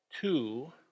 two